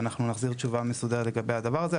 ואנחנו נחזיר תשובה מסודרת לגבי הדבר הזה.